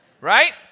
right